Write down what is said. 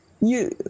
You-